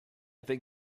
think